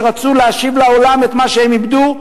שרצו להשיב לעולם את מה שהם איבדו,